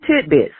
tidbits